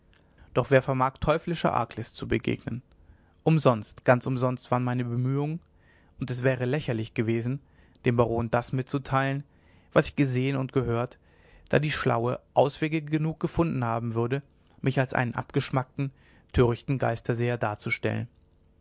doch wer vermag teuflischer arglist zu begegnen umsonst ganz umsonst waren meine bemühungen und es wäre lächerlich gewesen dem baron das mitzuteilen was ich gesehen und gehört da die schlaue auswege genug gefunden haben würde mich als einen abgeschmackten törichten geisterseher darzustellen